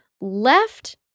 left